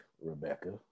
Rebecca